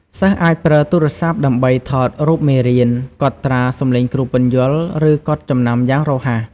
សិស្សអាចប្រើទូរស័ព្ទដើម្បី ថតរូបមេរៀន កត់ត្រាសំឡេងគ្រូពន្យល់ ឬកត់ចំណាំយ៉ាងរហ័ស។